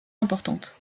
importantes